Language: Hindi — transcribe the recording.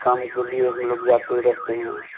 कामों के लिए हम लोग जाते रहते हैं